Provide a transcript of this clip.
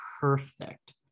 perfect